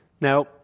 Now